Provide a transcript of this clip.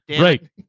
Right